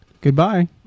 Goodbye